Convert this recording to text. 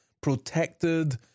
protected